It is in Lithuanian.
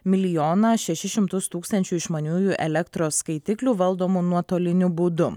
milijoną šešis šimtus tūkstančių išmaniųjų elektros skaitiklių valdomų nuotoliniu būdu